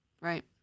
Right